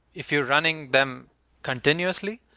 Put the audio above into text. if you're running them continuously,